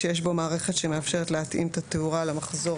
שיש בו מערכת שמאפשרת להתאים את התאורה למחזור